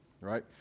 right